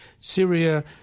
Syria